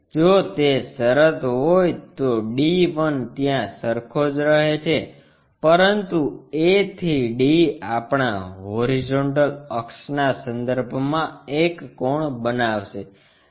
જો તે શરત હોય તો d 1 ત્યાં સરખો જ રહે છે પરંતુ a થી d આપણા હોરીઝોન્ટલ અક્ષના સંદર્ભમાં એક કોણ બનાવશે